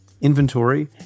inventory